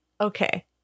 Okay